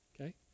Okay